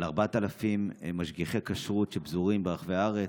של 4,000 משגיחי כשרות הפזורים ברחבי הארץ,